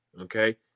Okay